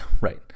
right